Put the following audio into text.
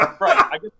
Right